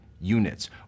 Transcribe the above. units